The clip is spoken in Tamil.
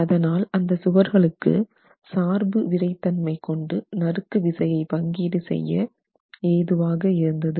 அதனால் அந்த சுவர்களுக்கு சார்பு விறைத்தன்மை கொண்டு நறுக்கு விசையை பங்கீடு செய்ய ஏதுவாக இருந்தது